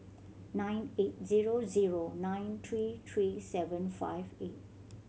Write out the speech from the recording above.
nine eight zero zero nine three three seven five eight